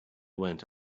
went